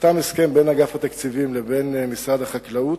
נחתם הסכם בין אגף התקציבים לבין משרד החקלאות,